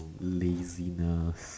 laziness